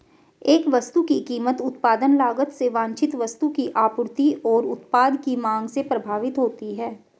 एक वस्तु की कीमत उत्पादन लागत से वांछित वस्तु की आपूर्ति और उत्पाद की मांग से प्रभावित होती है